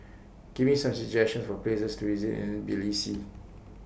Give Me Some suggestions For Places to visit in Tbilisi